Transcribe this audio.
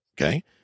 okay